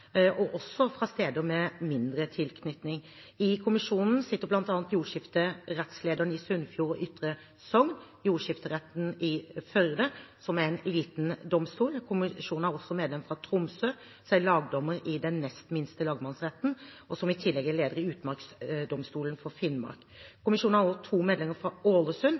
også fra steder med mindre tilknytning. I kommisjonen sitter bl.a. jordskifterettslederen i Sunnfjord og Ytre Sogn jordskifterett i Førde, som er en liten domstol. Kommisjonen har også et medlem fra Tromsø, som er lagdommer i den nest minste lagmannsretten, og som i tillegg er leder i Utmarksdomstolen for Finnmark. Kommisjonen har også to medlemmer fra Ålesund,